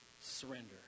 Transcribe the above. surrender